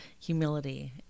humility